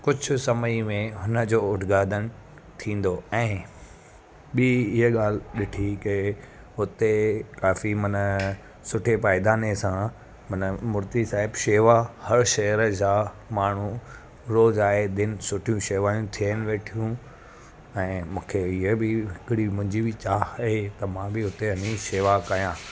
कुझु समय में हुनजो उद्घादन थींदो ऐं ॿीं इहा ॻाल्हि ॾिठी की हुते काफ़ी माना सुठे पायदाने सां माना मूर्ती साहिबु शेवा हर शहर जा माण्हू रोज़ु आहे दिन सुठियूं शेवायूं थियनि वेठियूं ऐं मूंखे इहा बि हिकिड़ी मुंहिंजी बि चाह आहे त मां बि हुते वञी शेवा कया